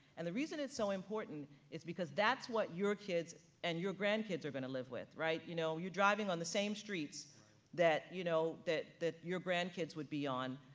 and the reason it's so important is because that's what your kids and your grandkids are gonna live with, right? you know, you're driving on the same streets that you know, that that your grandkids would be on.